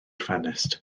ffenest